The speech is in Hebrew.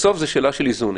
בסוף זו שאלה של איזונים